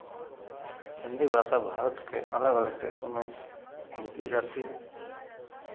हिन्दी भाषा भारत के अलग अलग देशों में बोली जाती है